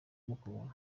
mukura